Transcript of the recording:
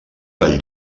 del